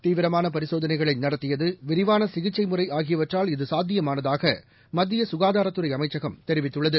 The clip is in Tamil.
தீவிரமானபரிசோதனைகளைநடத்தியது விரிவானசிகிச்சைமுறைஆகியவற்றால் இவ சாத்தியமானதாகமத்தியசுகாதாரத்துறைஅமைச்சகம் தெரிவித்துள்ளது